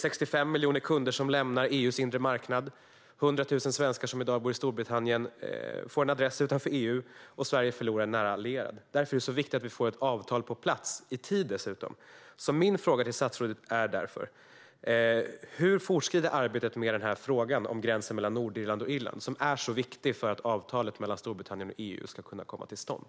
65 miljoner kunder lämnar EU:s inre marknad, 100 000 svenskar som i dag bor i Storbritannien får en adress utanför EU och Sverige förlorar en nära allierad. Därför är det så viktigt att vi får ett avtal på plats, i tid dessutom. Min fråga till statsrådet är därför: Hur fortskrider arbetet med frågan om gränsen mellan Nordirland och Irland, som är så viktig för att avtalet mellan Storbritannien och EU ska kunna komma till stånd?